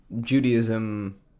Judaism